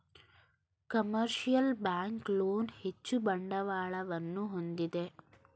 commercial bank loan ಹೆಚ್ಚು ಬಂಡವಾಳವನ್ನು ಹೊಂದಿದೆ